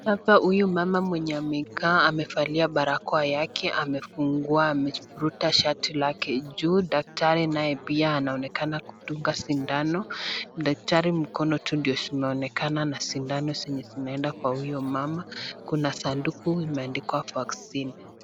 Hapa huyu mama mwenye amekaa amevalia barakoa yake, amefungua, amevuruta shati lake juu. Daktari naye pia anaonekana kudunga sindano, daktari mkono tu ndio zimeonekana na sindano zenye zinaenda kwa huyo mama. Kuna sanduku imeandikwa (cs) vaccine (cs).